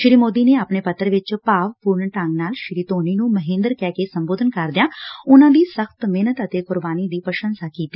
ਸ੍ਰੀ ਮੋਦੀ ਨੇ ਆਪਣੇ ਪੱਤਰ ਵਿਚ ਭਾਵਪੁਰਨ ਢੰਗ ਨਾਲ ਸ੍ਰੀ ਧੋਨੀ ਨ੍ਰੰ ਮਹੇਦਰ ਕਹਿ ਕੇ ਸੰਬੋਧਨ ਕਰਦਿਆਂ ਉਨਾਂ ਦੀ ਸਖ਼ਤ ਮਿਹਨਤ ਅਤੇ ਕੁਰਬਾਨੀ ਦੀ ਪ੍ਰਸੰਸਾ ਕੀਤੀ